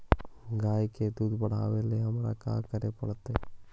गाय के दुध बढ़ावेला हमरा का करे पड़तई?